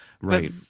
Right